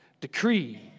decreed